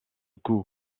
coup